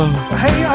Hey